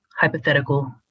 hypothetical